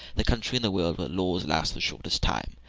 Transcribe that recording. the country in the world where laws last the shortest time.